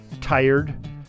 tired